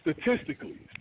statistically